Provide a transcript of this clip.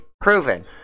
Proven